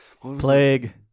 Plague